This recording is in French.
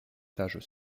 taches